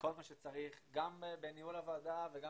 כל מה שצריך גם בניהול הוועדה וגם